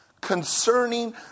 concerning